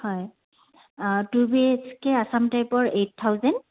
হয় two B H K Assam টাইপৰ eight thousand